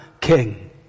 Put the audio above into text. king